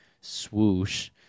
swoosh